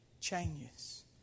changes